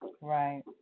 Right